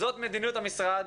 זאת מדיניות המשרד,